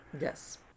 Yes